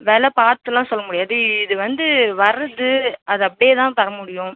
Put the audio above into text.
வெலை பார்த்துலாம் சொல்ல முடியாது இது வந்து வர்றது அதை அப்படியே தான் தரமுடியும்